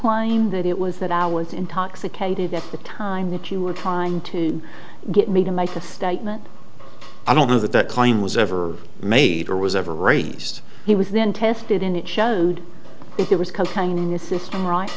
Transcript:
claimed that it was that i was intoxicated at the time that you were trying to get me to make a statement i don't know that that claim was ever made or was ever raised he was then tested and it showed it was cocaine in the system right